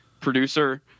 producer